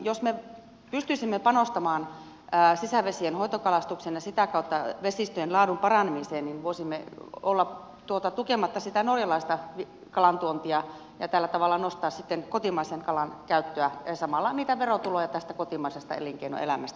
jos me pystyisimme panostamaan sisävesien hoitokalastukseen ja sitä kautta vesistöjen laadun paranemiseen niin voisimme olla tukematta sitä norjalaista kalantuontia ja tällä tavalla nostaa kotimaisen kalan käyttöä ja samalla niitä verotuloja tästä kotimaisesta elinkeinoelämästä